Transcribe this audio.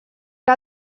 que